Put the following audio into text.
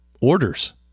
orders